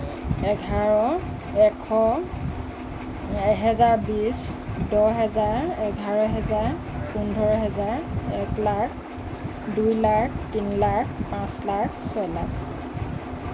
এঘাৰ এশ এহেজাৰ বিছ দহ হেজাৰ এঘাৰ হেজাৰ পোন্ধৰ হেজাৰ এক লাখ দুই লাখ তিনি লাখ পাঁচ লাখ ছয় লাখ